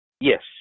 Yes